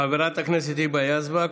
חברת הכנסת היבה יזבק.